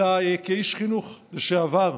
אלא כאיש חינוך לשעבר,